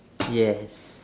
yes